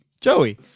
Joey